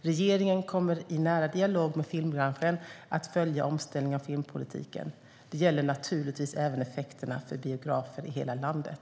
Regeringen kommer i nära dialog med filmbranschen att följa omställningen av filmpolitiken. Det gäller naturligtvis även effekterna för biografer i hela landet.